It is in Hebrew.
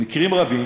במקרים רבים